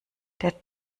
der